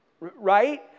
right